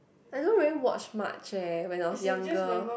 I don't really watch much eh when I was younger